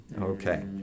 Okay